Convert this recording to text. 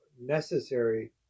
necessary